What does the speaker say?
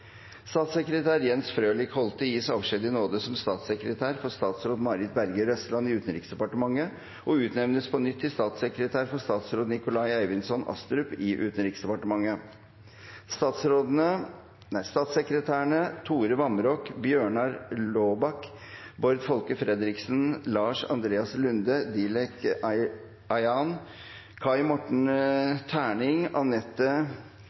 Statssekretær Jens Frølich Holte gis avskjed i nåde som statssekretær for statsråd Marit Berger Røsland i Utenriksdepartementet og utnevnes på nytt til statssekretær for statsråd Nikolai Eivindssøn Astrup i Utenriksdepartementet. Statssekretærene Tore Vamraak, Bjørnar Laabak, Bård Folke Fredriksen, Lars Andreas Lunde, Dilek